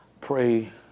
pray